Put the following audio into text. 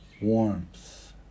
warmth